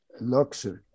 luxury